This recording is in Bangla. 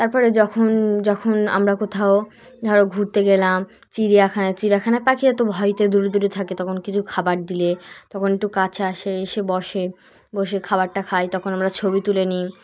তারপরে যখন যখন আমরা কোথাও ধরো ঘুরতে গেলাম চিড়িয়াখানা চিড়িয়াখানা পাখিরা তো ভয়েতে দূরে দূরে থাকে তখন কিছু খাবার দিলে তখন একটু কাছে আসে এসে বসে বসে খাবারটা খাই তখন আমরা ছবি তুলে নিই